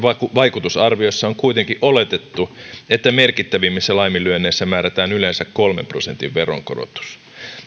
vaikutusarviossa on kuitenkin oletettu että merkittävimmissä laiminlyönneissä määrätään yleensä kolmen prosentin veronkorotus